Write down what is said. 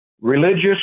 religious